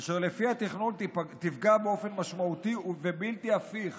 אשר לפי התכנון תיפגע באופן משמעותי ובלתי הפיך